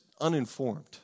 uninformed